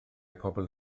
pobl